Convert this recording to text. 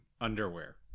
underwear